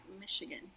Michigan